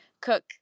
cook